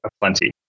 plenty